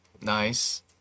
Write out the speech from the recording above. Nice